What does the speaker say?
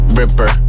ripper